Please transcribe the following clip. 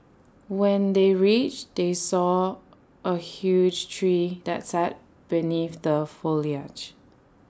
when they reached they saw A huge tree that sat beneath the foliage